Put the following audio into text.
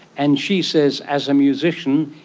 and she says, as a musician,